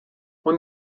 when